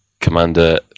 Commander